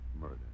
murder